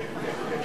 זה.